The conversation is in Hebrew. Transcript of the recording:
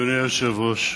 אדוני היושב-ראש,